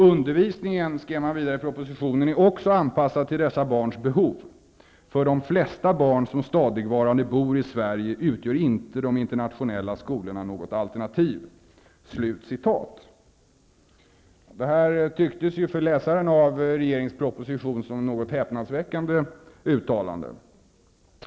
Undervisningen'', skrev man vidare i propositionen, ''är också anpassad till dessa barns behov. För de flesta barn som stadigvarande bor i Sverige utgör inte de internationella skolorna något alternativ.'' Det här tycktes för läsaren av regeringens proposition som ett något häpnadsväckande uttalande.